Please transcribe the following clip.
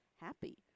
happy